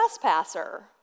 trespasser